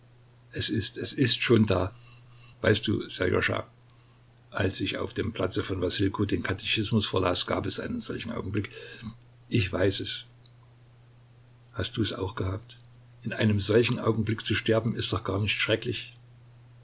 es ist es ist schon da weißt du sserjoscha als ich auf dem platze von wassilkow den katechismus vorlas gab es einen solchen augenblick ich weiß es hast du es auch gehabt in einem solchen augenblick zu sterben ist doch gar nicht schrecklich